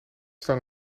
staan